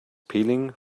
peeling